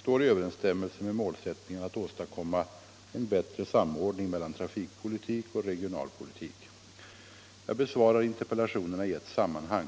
står i överensstämmelse med målsättningen att åstadkomma en bättre samordning mellan trafikpolitik och regionalpolitik. Jag besvarar interpellationerna i ett sammanhang.